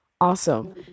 Awesome